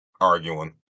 arguing